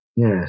Yes